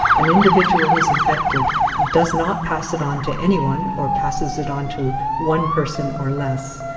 an individual who's infected does not pass it on to anyone or passes it on to one person or less.